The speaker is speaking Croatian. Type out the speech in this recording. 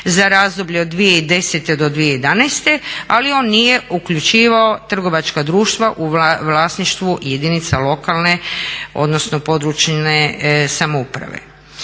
za razdoblje od 2010. do 2011., ali on nije uključivao trgovačka društva u vlasništvu jedinica lokalne odnosno područne samouprave.